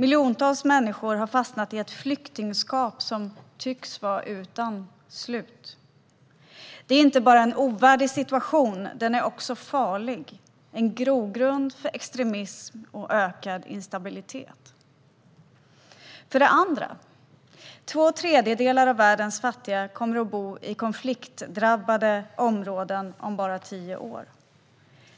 Miljontals människor har fastnat i ett flyktingskap som tycks vara utan slut. Det är inte bara en ovärdig situation, den är också farlig. Det är en grogrund för extremism och ökad instabilitet. För det andra: Två tredjedelar av världens fattiga kommer att bo i konfliktdrabbade områden om bara tio år.